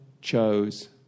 chose